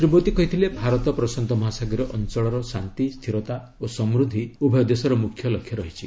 ଶ୍ରୀ ମୋଦୀ କହିଛନ୍ତି ଭାରତ ପ୍ରଶାନ୍ତ ମହାସାଗରୀୟ ଅଞ୍ଚଳର ଶାନ୍ତି ସ୍ଥିରତା ଓ ସମୃଦ୍ଧି ଉଭୟ ଦେଶର ମୁଖ୍ୟ ଲକ୍ଷ୍ୟ ରହିଛି